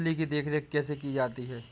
मछली की देखरेख कैसे की जाती है?